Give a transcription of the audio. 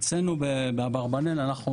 אצלנו באברבנאל אנחנו